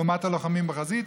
לעומת הלוחמים בחזית,